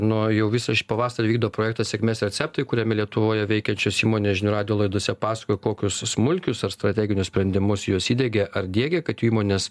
nuo jau visą šį pavasarį vykdo projektą sėkmės receptai kuriame lietuvoje veikiančios įmonės žinių radijo laidose pasakojo kokius smulkius ar strateginius sprendimus jos įdiegė ar diegia kad jų įmonės